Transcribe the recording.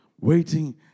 waiting